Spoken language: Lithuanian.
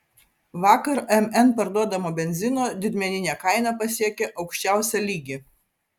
vakar mn parduodamo benzino didmeninė kaina pasiekė aukščiausią lygį